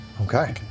Okay